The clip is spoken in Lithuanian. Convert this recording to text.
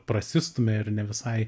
prasistumia ir ne visai